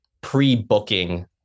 pre-booking